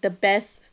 the best